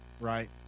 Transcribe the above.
right